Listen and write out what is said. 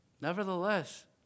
nevertheless